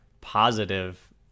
positive